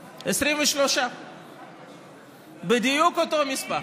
23. בדיוק אותו מספר.